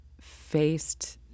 faced